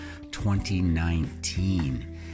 2019